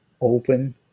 open